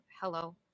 hello